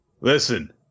listen